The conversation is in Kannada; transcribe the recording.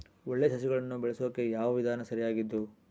ಒಳ್ಳೆ ಸಸಿಗಳನ್ನು ಬೆಳೆಸೊಕೆ ಯಾವ ವಿಧಾನ ಸರಿಯಾಗಿದ್ದು?